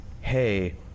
hey